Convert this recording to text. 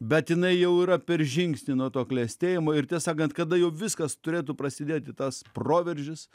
bet jinai jau yra per žingsnį nuo to klestėjimo ir tiesą sakant kada jau viskas turėtų prasidėti tas proveržis